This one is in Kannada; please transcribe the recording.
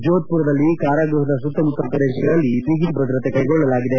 ಜೋಧ್ಪುರದಲ್ಲಿ ಕಾರಾಗ್ಬಹದ ಸುತ್ತಮುತ್ತಲ ಪ್ರದೇಶಗಳಲ್ಲಿ ಬಿಗಿ ಭದ್ರತೆ ಕ್ಲೆಗೊಳ್ಳಲಾಗಿದೆ